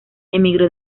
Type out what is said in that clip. emigró